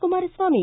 Kumaraswamy